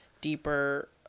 deeper